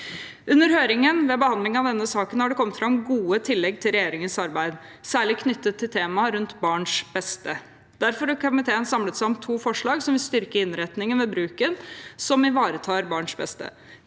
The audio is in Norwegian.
Under høringen ved behandling av denne saken har det kommet fram gode tillegg til regjeringens arbeid, særlig knyttet til tema rundt barns beste. Derfor har komiteen samlet seg om to forslag som vil styrke innretningen ved bruken og ivareta barns beste.